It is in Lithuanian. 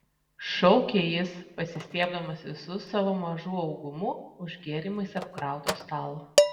šaukė jis pasistiebdamas visu savo mažu augumu už gėrimais apkrauto stalo